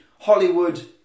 Hollywood